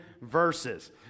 verses